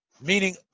meaning